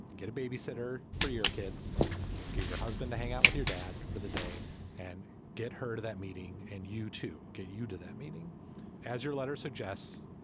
get a babysitter for your kids get your husband to hang out with your dad for the day and get her to that meeting and you too get you to that meeting as your letter suggests